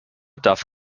darf